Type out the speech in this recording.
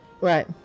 Right